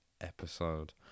episode